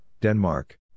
Denmark